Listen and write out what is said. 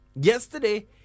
yesterday